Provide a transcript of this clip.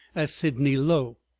as sidney low.